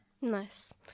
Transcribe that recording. nice